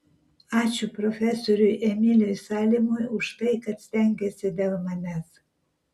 ačiū profesoriui emiliui salimui už tai kad stengėsi dėl manęs